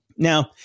Now